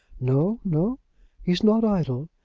no no he's not idle.